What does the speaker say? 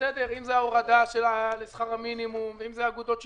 ההורדה לשכר המינימום, אגודות שיתופיות,